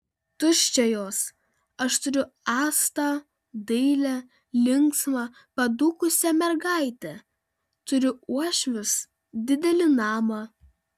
tuščia jos aš turiu astą dailią linksmą padūkusią mergaitę turiu uošvius didelį namą